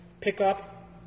pickup